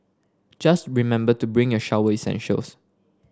just remember to bring your shower essentials